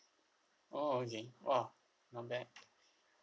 oh okay !wah! not bad